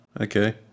Okay